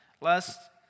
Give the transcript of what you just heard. lest